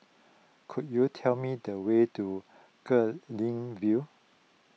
could you tell me the way to Guilin View